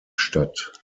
stadt